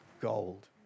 gold